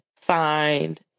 find